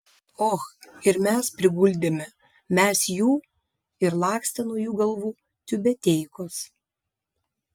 och ir priguldėme mes jų ir lakstė nuo jų galvų tiubeteikos